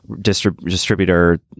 distributor